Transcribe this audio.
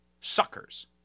suckers